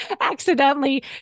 accidentally